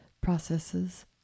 processes